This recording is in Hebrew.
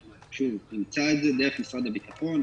אנחנו נמצא, שוב, את זה דרך משרד הביטחון.